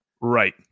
Right